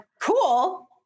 cool